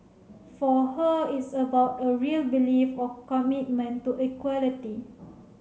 for her it's about a real belief of commitment to equality